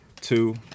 two